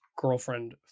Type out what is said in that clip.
girlfriend